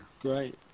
Great